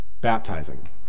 Baptizing